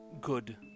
good